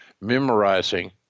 memorizing